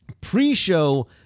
pre-show